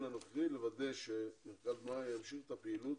הנוכחי לוודא שמרכז 'מאיה' ימשיך את הפעילות